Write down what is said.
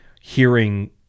hearing